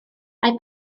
mae